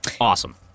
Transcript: awesome